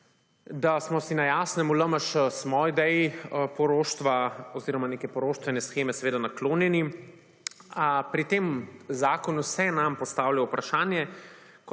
Da smo si na jasnem, v LMŠ smo ideji poroštva oziroma neke poroštvene sheme seveda naklonjeni, a pri tem zakonu se nam postavlja vprašanje,